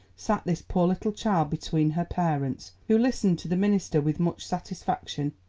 sat this poor little child between her parents, who listened to the minister with much satisfaction,